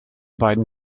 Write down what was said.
beiden